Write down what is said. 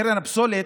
קרן הפסולת,